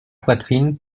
poitrine